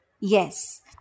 Yes